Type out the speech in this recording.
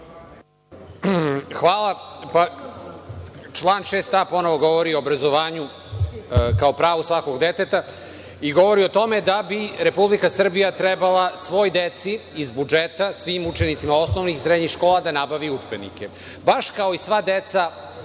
Hvala. Član 6a ponovo govori o obrazovanju kao pravu svakog deteta i govori o tome da bi Republika Srbija trebala svoj deci iz budžeta, svim učenicima osnovnih i srednjih škola da nabavi udžbenike. Baš kao i sva deca